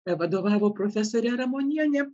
vadovavo profesorė ramonienė